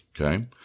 Okay